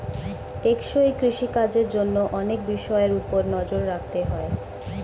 টেকসই কৃষি কাজের জন্য অনেক বিষয়ের উপর নজর রাখতে হয়